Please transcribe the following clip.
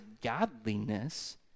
godliness